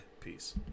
Peace